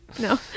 No